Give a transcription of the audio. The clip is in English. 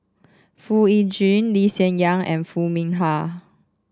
Foo Yee Jun Lee Hsien Yang and Foo Mee Har